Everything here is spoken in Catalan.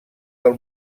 del